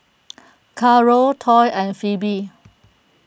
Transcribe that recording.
Caro Toy and Phebe